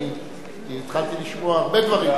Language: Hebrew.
אני התחלתי לשמוע הרבה דברים.